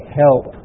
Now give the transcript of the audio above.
help